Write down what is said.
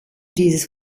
dieses